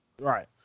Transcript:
Right